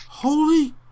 Holy